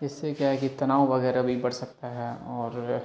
جس سے کیا ہے کہ تناؤ وغیرہ بھی بڑھ سکتا ہے اور